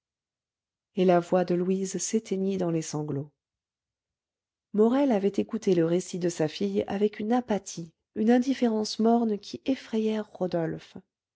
et la voix de louise s'éteignit dans les sanglots morel avait écouté le récit de sa fille avec une apathie une indifférence morne qui effrayèrent rodolphe